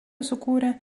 sukūrė